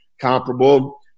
comparable